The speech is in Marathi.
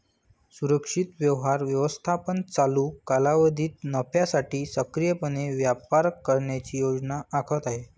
सुरक्षित व्यवहार व्यवस्थापन चालू कालावधीत नफ्यासाठी सक्रियपणे व्यापार करण्याची योजना आखत आहे